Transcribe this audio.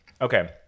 Okay